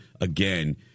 again